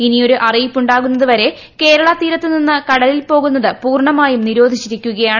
ഇനിയൊരു അറിയിപ്പുണ്ടാകുന്നത് വരെ കേരള തീരത്ത് നിന്ന് കടലിൽ പോകുന്നത് പൂർണ്ണമായും നിരോധിച്ചിരിക്കുകയാണ്